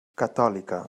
catòlica